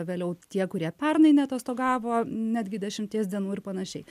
vėliau tie kurie pernai neatostogavo netgi dešimties dienų ir panašiai